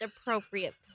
appropriate